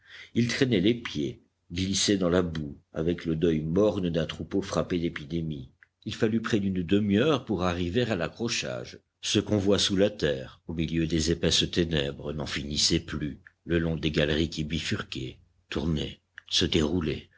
ils traînaient les pieds glissaient dans la boue avec le deuil morne d'un troupeau frappé d'épidémie il fallut près d'une demi-heure pour arriver à l'accrochage ce convoi sous la terre au milieu des épaisses ténèbres n'en finissait plus le long des galeries qui bifurquaient tournaient se